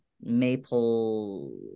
maple